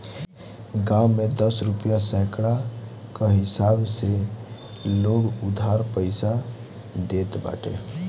गांव में दस रुपिया सैकड़ा कअ हिसाब से लोग उधार पईसा देत बाटे